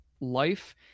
life